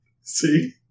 See